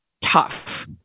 tough